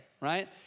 Right